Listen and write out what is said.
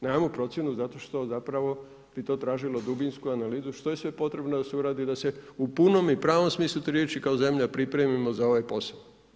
Nemamo procjenu zato što zapravo bi to tražilo dubinsku analizu, što je sve potrebno da se uradi, da se u punom i u pravom smislu te riječi, kao zemlja pripremimo za ovaj posao.